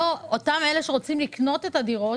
אותם אלה שרוצים לקנות את הדירות,